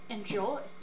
Enjoy